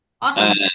Awesome